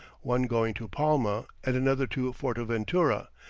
one going to palma, and another to fortaventura,